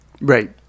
Right